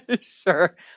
Sure